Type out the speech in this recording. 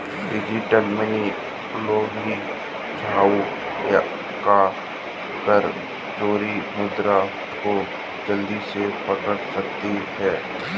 digital money laundering, जुआ या कर चोरी मुद्दे को जल्दी से पकड़ सकती है